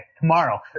Tomorrow